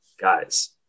guys